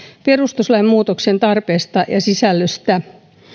perustuslain muutoksen tarpeesta ja sisällöstä